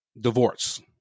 divorce